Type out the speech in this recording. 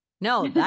No